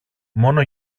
μόνο